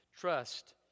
Trust